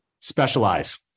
specialize